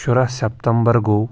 شُراہ سٮ۪پتمبر گوٚو